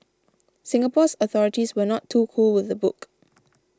Singapore's authorities were not too cool with the book